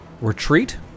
retreat